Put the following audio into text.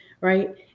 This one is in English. Right